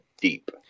deep